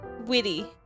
Witty